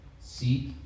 Seek